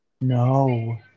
No